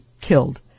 killed